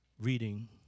Reading